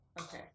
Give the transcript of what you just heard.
Okay